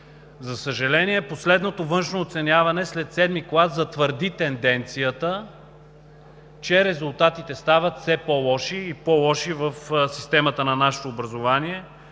За съжаление, последното външно оценяване след VII клас затвърди тенденцията, че резултатите стават все по-лоши и по-лоши в системата на нашето образование